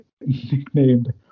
nicknamed